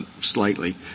slightly